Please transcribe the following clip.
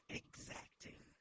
exacting